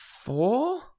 Four